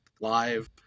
live